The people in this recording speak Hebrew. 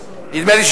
הזמן?